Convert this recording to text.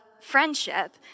friendship